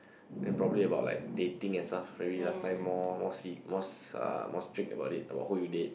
then probably about like dating and stuff maybe last time more more se~ more s~ uh more strict about it about who you date